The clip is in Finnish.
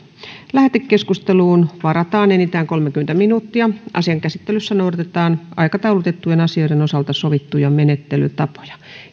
lähetekeskusteluun varataan enintään kolmekymmentä minuuttia asian käsittelyssä noudatetaan aikataulutettujen asioiden osalta sovittuja menettelytapoja